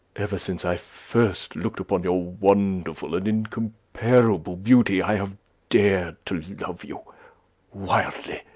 ever since i first looked upon your wonderful and incomparable beauty, i have dared to love you wildly,